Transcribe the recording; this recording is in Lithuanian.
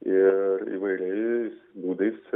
ir įvairiais būdais